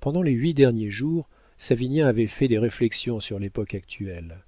pendant les huit derniers jours savinien avait fait des réflexions sur l'époque actuelle